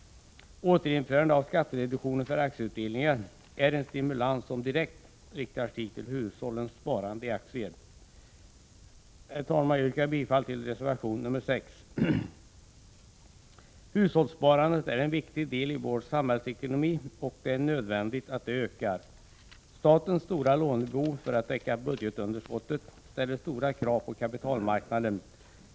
Återinförandet av skattereduktionen för aktieutdelningar är en stimulans som direkt riktar sig till hushållens sparande i aktier. Herr talman! Jag yrkar bifall till reservation nr 6. Hushållssparandet är en viktig del i vår samhällsekonomi, och det är nödvändigt att det ökar. Statens stora lånebehov för att täcka budgetunderskottet ställer stora krav på kapitalmarknaden.